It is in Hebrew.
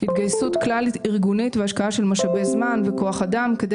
התגייסות כלל ארגונית והשקעה של משאבי זמן וכוח אדם כדי